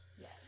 Yes